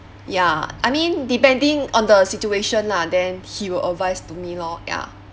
ya I mean depending on the situation lah then he will advice to me lor ya